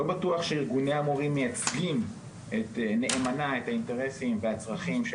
לא בטוח שארגוני המורים מייצגים נאמנה את האינטרסים והצרכים של